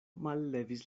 mallevis